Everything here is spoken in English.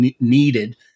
needed